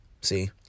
See